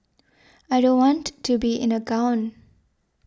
I don't want to be in a gown